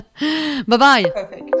Bye-bye